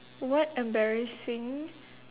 what embarrassing